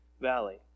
valley